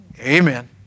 Amen